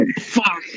Fuck